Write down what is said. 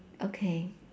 okay